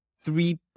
three